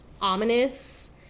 ominous